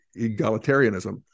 egalitarianism